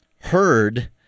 heard